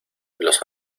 los